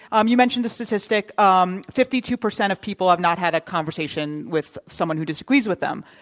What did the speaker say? um you mentioned the statistic um fifty two percent of people have not had a conversation with someone who disagrees with them.